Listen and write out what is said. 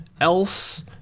else